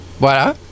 voilà